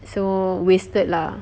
so wasted lah